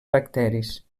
bacteris